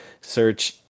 search